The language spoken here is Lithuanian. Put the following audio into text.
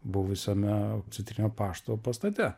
buvusiame centrinio pašto pastate